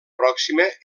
pròxima